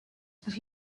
that